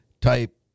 type